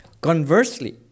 Conversely